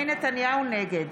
נגד